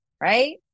right